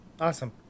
Awesome